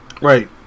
Right